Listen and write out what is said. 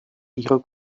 ihre